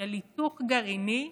של היתוך גרעיני